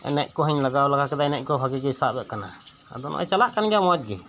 ᱮᱱᱮᱡ ᱠᱚᱦᱚᱧ ᱞᱟᱜᱟᱣ ᱞᱟᱜᱟ ᱠᱮᱫᱟ ᱮᱱᱮᱡᱠᱚᱦᱚᱸ ᱵᱷᱟᱜᱤ ᱜᱤᱭ ᱥᱟᱵᱮᱫ ᱠᱟᱱᱟ ᱟᱫᱚ ᱱᱚᱜᱚᱭ ᱪᱟᱞᱟᱜ ᱠᱟᱱᱜᱮᱭᱟ ᱢᱚᱪᱜᱤ